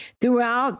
throughout